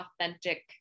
authentic